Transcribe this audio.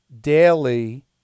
daily